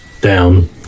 down